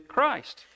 Christ